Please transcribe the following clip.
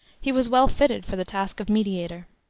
he was well fitted for the task of mediator.